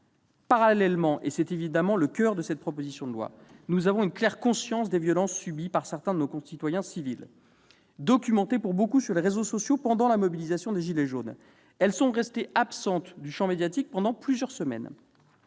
Parallèlement, et c'est évidemment le coeur de cette proposition de loi, nous avons une claire conscience des violences subies par certains de nos concitoyens civils. Documentées pour beaucoup sur les réseaux sociaux pendant la mobilisation des « gilets jaunes », celles-ci sont restées absentes du champ médiatique pendant plusieurs semaines.